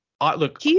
Look